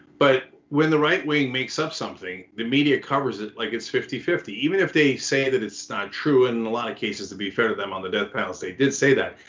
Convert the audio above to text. but when the right wing makes up something the media covers it like it's fifty fifty, even if they say that it's not true in a lot of cases to be fair to them on the death panels they did say that.